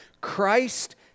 Christ